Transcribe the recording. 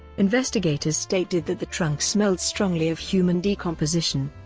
investigators stated that the trunk smelled strongly of human decomposition,